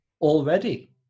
already